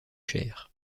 chères